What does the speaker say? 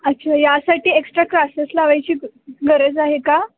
अच्छा यासाठी extra classes लावायची गरज आहे का